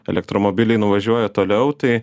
elektromobiliai nuvažiuoja toliau tai